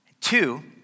Two